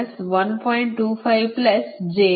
25 plus j 3